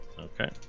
Okay